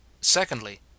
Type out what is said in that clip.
Secondly